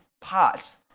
parts